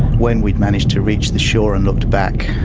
when we'd managed to reach the shore and looked back,